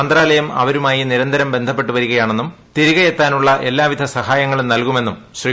മന്ത്രാലയം അവരുമായി നിരന്തരം ബന്ധപ്പെടുകയാണെന്നും തിരിക്കെയെത്താനുള്ള എല്ലാവിധ സഹായങ്ങളും നൽകുമെന്നും ശ്രീ